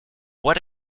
what